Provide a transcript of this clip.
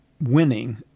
winning